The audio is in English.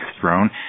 throne